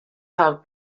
have